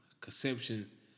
conception